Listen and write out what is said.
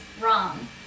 Wrong